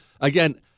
Again